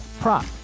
prop